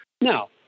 Now